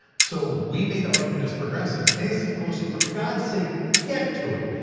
so we made the argument as progressives, nancy pelosi, for god's sake, get to it.